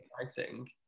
exciting